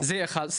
זה דבר אחד.